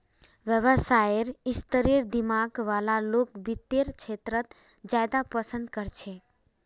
व्यवसायेर स्तरेर दिमाग वाला लोग वित्तेर क्षेत्रत ज्यादा पसन्द कर छेक